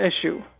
issue